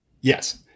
Yes